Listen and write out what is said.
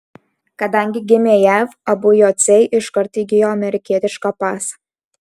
kadangi gimė jav abu jociai iškart įgijo amerikietišką pasą